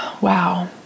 Wow